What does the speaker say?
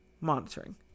monitoring